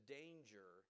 danger